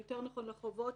או יותר נכון לחובות